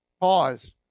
Pause